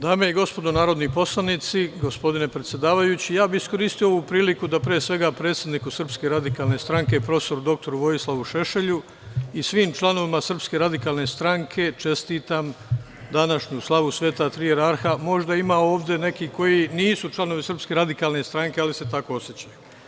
Dame i gospodo narodni poslanici, gospodine predsedavajući, iskoristio bi ovu priliku da predsedniku Srpske radikalne stranke, profesoru doktoru Vojislavu Šešelju i svim članovima Srpske radikalne stranke čestitam današnju slavu Sveta Tri Jararha, možda ima ovde nekih koji nisu članovi Srpske radikalne stranke ali se tako osećaju.